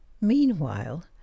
Meanwhile